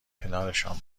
کنارشان